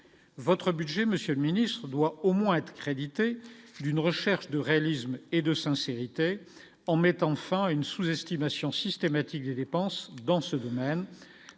votre budget Monsieur le Ministre, doit au moins être crédité d'une recherche de réalisme et de sincérité en mettant fin à une sous-estimation systématique des dépenses dans ce domaine,